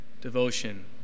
devotion